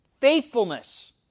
faithfulness